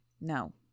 No